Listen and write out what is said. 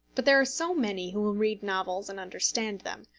but there are so many who will read novels and understand them,